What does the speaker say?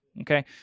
Okay